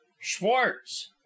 Schwartz